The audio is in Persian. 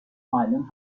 معلم